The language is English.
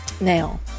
Now